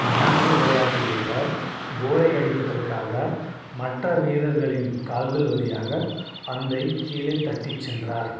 மாற்று விளையாட்டு வீரர் கோலை அடிப்பதற்காக மற்ற வீரர்களின் கால்கள் வழியாகப் பந்தைக் கீழே தட்டிச் சென்றார்